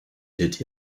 hit